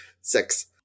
six